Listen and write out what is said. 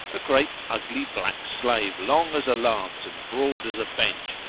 a great ugly black slave, long as a lance and broad as a bench,